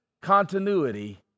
continuity